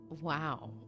Wow